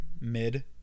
mid